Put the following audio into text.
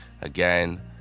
Again